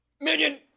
Minion